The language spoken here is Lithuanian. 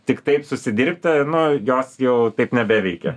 tik taip susidirbti nu jos jau taip nebeveikia